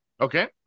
okay